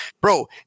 bro